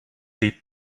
did